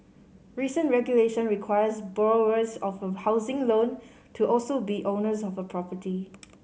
recent regulation requires borrowers of a housing loan to also be owners of a property